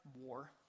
war